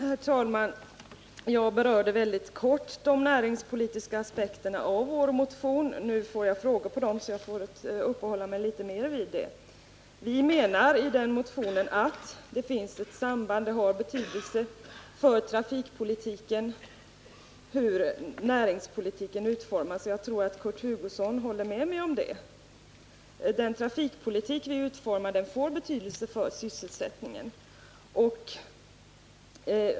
Herr talman! Jag berörde mycket kort de näringspolitiska aspekterna av vår motion. Nu får jag frågor om dem, så jag får väl uppehålla mig litet mer vid detta. Vi menar i vår motion att det har betydelse för trafikpolitiken hur näringspolitiken utformas, och jag tror att Kurt Hugosson håller med mig om det. Den trafikpolitik vi utformar får betydelse för sysselsättningen.